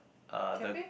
uh the